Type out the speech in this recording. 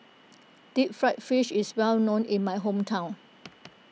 Deep Fried Fish is well known in my hometown